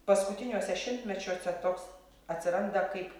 paskutiniuose šimtmečio čia toks atsiranda kaip